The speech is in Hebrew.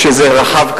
כשזה רחב,